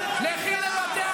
לכי לבתי